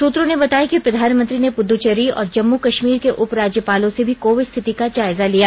सूत्रों ने बताया कि प्रधानमंत्री ने पुद्दुचेरी और जम्मू कश्मीर के उपराज्यपालों से भी कोविड स्थिति का जायजा लिया